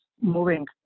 moving